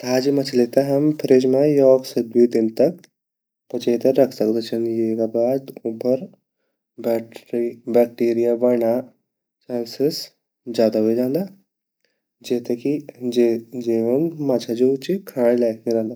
ताज़ी मछली ते हम फ्रिज मा योक से द्वी दिन तक बचे ते रख सकदा छिन वेगा बाद वेमा बैक्टीरिया बढ़ना चान्सेस ज़्यादा वे जांदा जेगा वैन माछा जु ची खांड लायक नी रंदा।